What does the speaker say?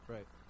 Right